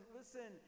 listen